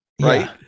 right